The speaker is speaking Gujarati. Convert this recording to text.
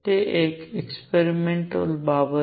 તે એક એક્સપેરિમેંટલ બાબત છે